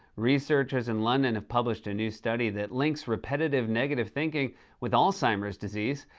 researchers in london have published a new study that links repetitive negative thinking with alzheimer's disease,